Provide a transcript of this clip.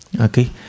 Okay